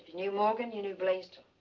knew morgan, you knew blaisdell.